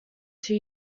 two